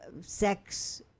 sex